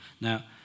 Now